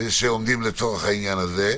שעומדים לצורך העניין הזה.